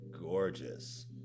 gorgeous